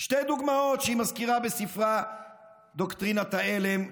שתי דוגמאות שהיא מזכירה בספרה "דוקטרינת ההלם",